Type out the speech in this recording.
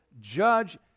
judge